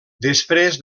després